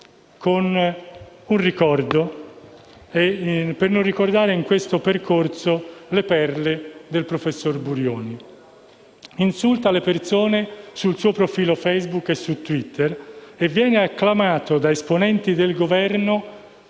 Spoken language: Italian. Per finire, come non ricordare in questo percorso le perle del professor Burioni, che insulta le persone sul suo profilo Facebook e su Twitter e che viene acclamato da esponenti del Governo